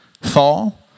fall